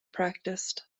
practised